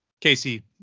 Casey